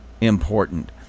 important